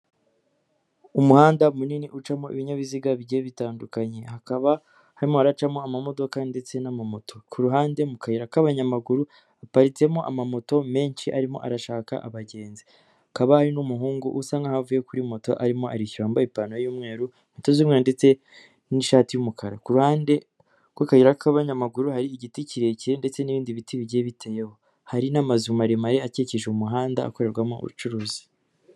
Umuhanda munini ucamo ibinyabiziga bigiye bitandukanye. Hakaba harimo haracamo amamodoka ndetse n'amamoto. Kuruhande mu kayira k'abanyamaguru haparitsemo amamoto menshi arimo arashaka abagenzi. Hakaba n'umuhungu usa nkaho avuye kuri moto arimo arishyura wambaye ipantaro y'umweru, inkweto z'umweru ndetse n'ishati y'umukara. Kuruhande rw'akayira k'abanyamaguru hari igiti kirekire ndetse n'ibindi biti bigiye biteyeho. Hari n'amazu maremare akikije umuhanda akorerwamo ubucuruzi.